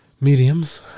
Mediums